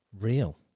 Real